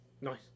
Nice